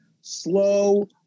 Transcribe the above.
slow